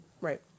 Right